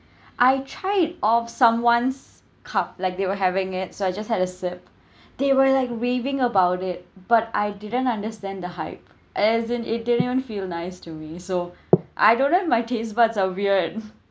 I tried of someone's cup like they were having it so I just had a sip they were like raving about it but I didn't understand the hype as in it didn't even feel nice to me so I don't know if my taste buds are weird